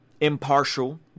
Impartial